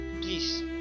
please